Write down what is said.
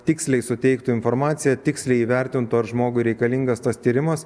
tiksliai suteiktų informaciją tiksliai įvertintų ar žmogui reikalingas tas tyrimas